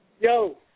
Yo